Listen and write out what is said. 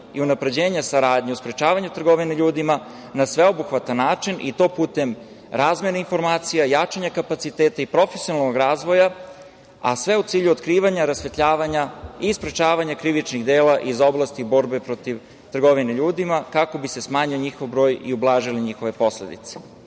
i unapređenja saradnje u sprečavanju trgovine ljudima na sveobuhvatan način i to putem razmene informacija, jačanja kapaciteta i profesionalnog razvoja, a sve u cilju otkrivanja, rasvetljavanja i sprečavanja krivičnih dela iz oblasti borbe protiv trgovine ljudima, kako bi se smanjio njihov broj i ublažile njihove posledice. Kad